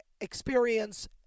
experience